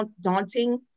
daunting